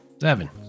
Seven